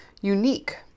unique